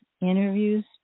interviews